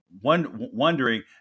wondering